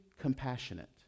compassionate